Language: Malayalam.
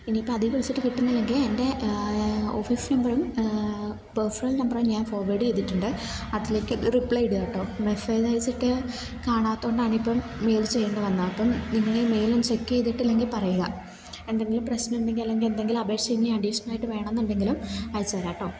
ഇനി ഇപ്പം അതിൽ വിളിച്ചിട്ട് കിട്ടുന്നില്ലെങ്കിൽ എൻ്റെ ഓഫീസ് നമ്പറും പേഴ്സണൽ നമ്പറും ഞാൻ ഫോർവേഡ് ചെയ്തിട്ടുണ്ട് അതിലേക്ക് ഒരു റിപ്ലൈ ഇടുകാട്ടോ മെസ്സേജ് അയച്ചിട്ട് കാണാത്തത് കൊണ്ടാണ് ഇപ്പം മെയിൽ ചെയ്യേണ്ട വന്നാൽ അപ്പം നിങ്ങള് മെയില് ഒന്ന് ചെക്ക് ചെയ്തിട്ടില്ലെങ്കിൽ പറയുക എന്തെങ്കിലും പ്രശ്നം ഉണ്ടെങ്കിൽ അല്ലെങ്കിൽ എന്തെങ്കിലും അപേക്ഷ ഇനി അഡീഷണലായിട്ട് വേണമെന്നുണ്ടെങ്കിലും അയച്ചു തരാം കേട്ടോ